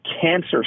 cancer